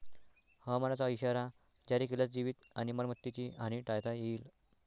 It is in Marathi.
हवामानाचा इशारा जारी केल्यास जीवित आणि मालमत्तेची हानी टाळता येईल